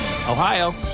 Ohio